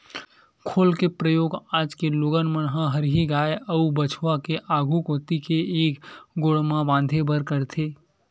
खोल के परियोग आज के लोगन मन ह हरही गाय अउ बछवा के आघू कोती के एक गोड़ म बांधे बर करथे